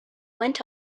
went